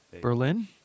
Berlin